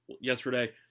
yesterday